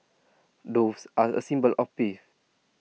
doves are A symbol of peace